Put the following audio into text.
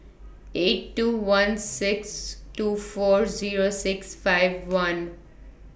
eight two one six two four Zero six five one